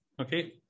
okay